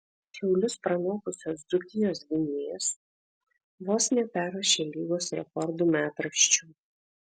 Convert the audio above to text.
šiaulius pranokusios dzūkijos gynėjas vos neperrašė lygos rekordų metraščių